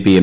P M